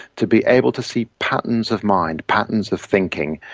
to be able to see patterns of mind, patterns of thinking,